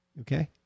Okay